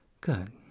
Good